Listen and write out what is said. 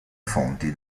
fonti